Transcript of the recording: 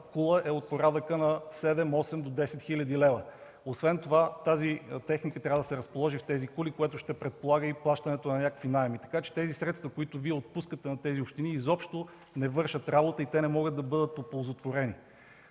кула е от порядъка на 7-8 до 10 хил. лв. Освен това тази техника трябва да се разположи в тези кули, което ще предполага и плащането на някакви наеми, така че тези средства, които Вие отпускате на тези общини, изобщо не вършат работа и те не могат да бъдат оползотворени.